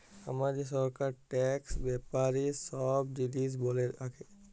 হামাদের সরকার ট্যাক্স ব্যাপারে সব জিলিস ব্যলে রাখে